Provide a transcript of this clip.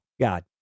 God